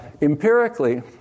empirically